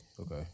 Okay